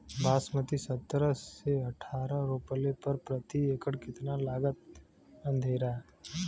बासमती सत्रह से अठारह रोपले पर प्रति एकड़ कितना लागत अंधेरा?